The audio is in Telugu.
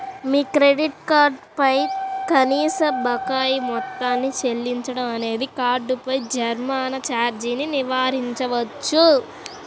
మీ క్రెడిట్ కార్డ్ పై కనీస బకాయి మొత్తాన్ని చెల్లించడం అనేది కార్డుపై జరిమానా ఛార్జీని నివారించవచ్చు